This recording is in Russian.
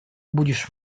будешь